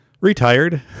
retired